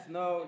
no